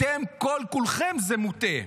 אתם כל-כולכם זה מוטה.